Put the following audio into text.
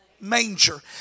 manger